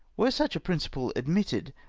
were such a prmciple admitted,